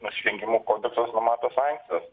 nusižengimų kodeksas numato sankcijas